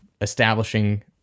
establishing